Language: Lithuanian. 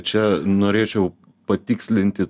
čia norėčiau patikslinti